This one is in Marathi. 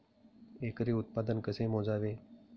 एकरी उत्पादन कसे मोजावे?